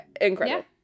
Incredible